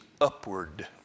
upward